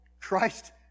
Christ